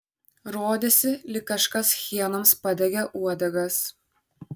rodėsi lyg kažkas hienoms padegė uodegas